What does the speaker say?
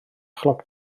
chloc